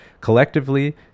Collectively